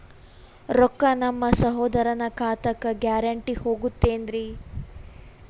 ರೊಕ್ಕ ನಮ್ಮಸಹೋದರನ ಖಾತಕ್ಕ ಗ್ಯಾರಂಟಿ ಹೊಗುತೇನ್ರಿ?